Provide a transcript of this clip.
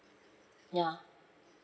ya